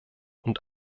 und